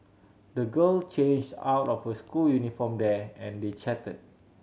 the girl changed out of her school uniform there and they chatted